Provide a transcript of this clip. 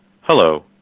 Hello